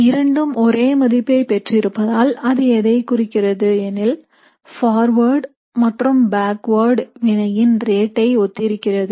இரண்டும் ஒரே மதிப்பை பெற்றிருப்பதால் அது எதை குறிக்கிறது எனில் பார்வார்டு மற்றும் பேக்வேர்ட் வினையின் ரேட் ஐ ஒத்திருக்கிறது